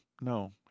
no